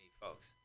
folks